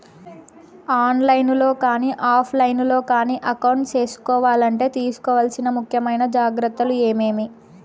On line లో కానీ offline లో కానీ అకౌంట్ సేసుకోవాలంటే తీసుకోవాల్సిన ముఖ్యమైన జాగ్రత్తలు ఏమేమి?